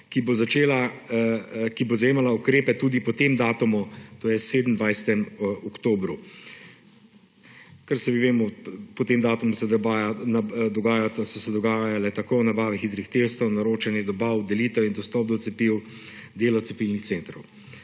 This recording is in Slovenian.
ki bo zajemala ukrepe tudi po tem datumu, to je 27. oktobru. Vemo, po tem datumu so se dogajale nabave hitrih testov, naročanje dobav, delitev in dostop do cepiv, delo cepilnih centrov.